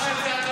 לא.